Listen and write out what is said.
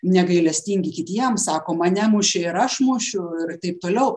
negailestingi kitiems sako mane mušė ir aš mušiu ir taip toliau